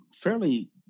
fairly –